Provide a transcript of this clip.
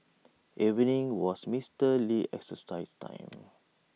evening was Mister Lee's exercise time